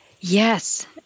yes